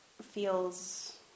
feels